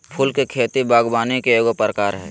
फूल के खेती बागवानी के एगो प्रकार हइ